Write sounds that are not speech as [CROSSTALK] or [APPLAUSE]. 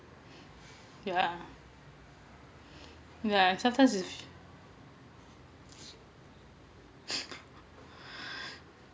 yeah yeah sometimes is [LAUGHS]